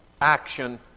Action